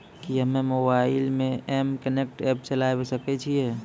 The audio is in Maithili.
कि हम्मे मोबाइल मे एम कनेक्ट एप्प चलाबय सकै छियै?